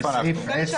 סליחה,